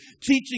teaching